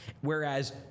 Whereas